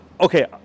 Okay